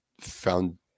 found